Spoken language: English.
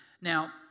Now